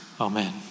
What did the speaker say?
Amen